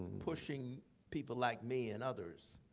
pushing people like me and others.